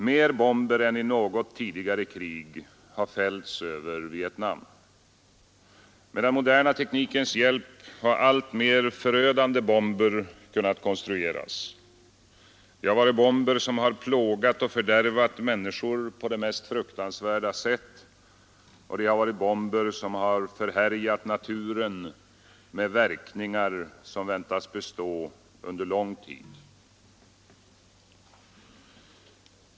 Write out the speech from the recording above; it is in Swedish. Mer bomber än i något tidigare krig har fällts över Vietnam. Med den moderna teknikens hjälp har alltmer förödande bomber kunnat konstrueras. Det har varit bomber som plågat och fördärvat människor på det mest fruktansvärda sätt, och det har varit bomber som förhärjat naturen med verkningar som väntas bestå under lång tid.